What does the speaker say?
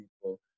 people